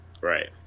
Right